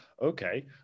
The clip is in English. okay